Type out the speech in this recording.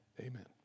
Amen